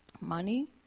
money